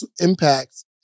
impact